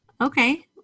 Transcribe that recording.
Okay